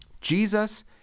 Jesus